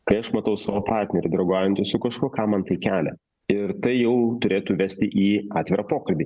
kai aš matau savo partnerį draugaujantį su kažkuo ką man tai kelia ir tai jau turėtų vesti į atvirą pokalbį